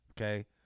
okay